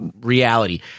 reality